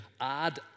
add